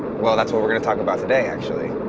well that's what we're going to talk about today, actually.